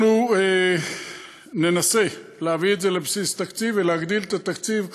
אנחנו ננסה להביא את זה לבסיס תקציב ולהגדיל את התקציב,